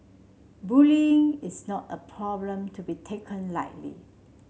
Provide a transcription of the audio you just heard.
bullying is not a problem to be taken lightly